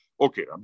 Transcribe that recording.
Okay